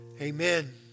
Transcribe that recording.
amen